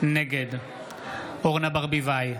נגד אורנה ברביבאי,